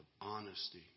honesty